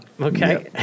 Okay